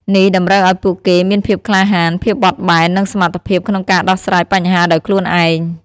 នេះតម្រូវឱ្យពួកគេមានភាពក្លាហាន ភាពបត់បែន និងសមត្ថភាពក្នុងការដោះស្រាយបញ្ហាដោយខ្លួនឯង។